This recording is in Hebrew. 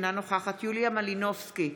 אינה נוכחת יוליה מלינובסקי,